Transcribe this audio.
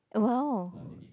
well